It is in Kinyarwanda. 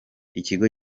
ikigo